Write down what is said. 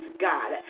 God